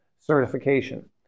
Certification